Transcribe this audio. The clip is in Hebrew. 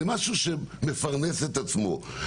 זה משהו שמפרנס את עצמו.